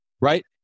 right